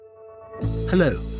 Hello